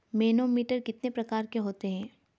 Manometer कितने प्रकार के होते हैं?